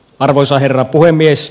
arvoisa herra puhemies